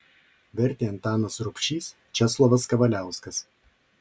vertė antanas rubšys česlovas kavaliauskas